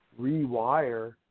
rewire